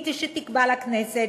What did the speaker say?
היא שתקבע לכנסת